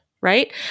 right